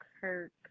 Kirk